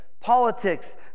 politics